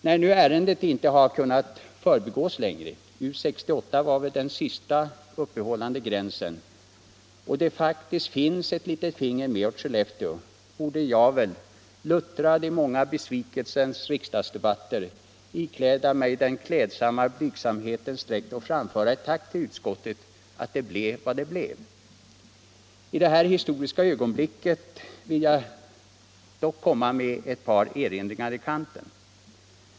När nu ärendet inte längre har kunnat förbigås — U 68 var väl den sista uppehållande gränsen — och det faktiskt finns ett litet finger med åt Skellefteå, borde jag väl, luttrad i många besvikelsens riksdagsdebatter, iföra mig den klädsamma blygsamhetens dräkt och framföra ett tack till utskottet för att det blev vad det blev. I detta historiska ögonblick vill jag dock göra ett par erinringar i kanten.